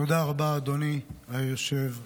תודה רבה, אדוני היושב-ראש.